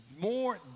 more